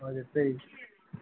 हजुर त्यही